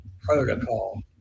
protocol